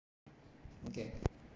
okay